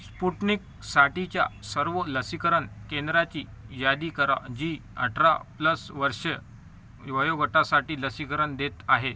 स्पुटनिकसाठीच्या सर्व लसीकरण केंद्राची यादी करा जी अठरा प्लस वर्ष वयोगटासाठी लसीकरण देत आहे